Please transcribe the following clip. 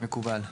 מקובל.